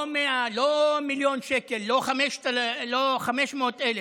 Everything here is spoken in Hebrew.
לא 1,000,000 שקל, לא 500,000,